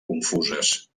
confuses